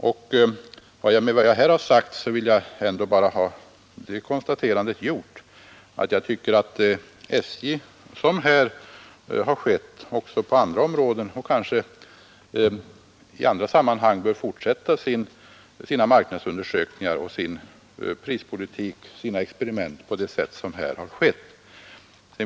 Med vad jag här har sagt har jag bara velat konstatera att SJ på andra områden och i andra sammanhang bör fortsätta sina marknadsundersökningar och sina experiment beträffande prispolitiken.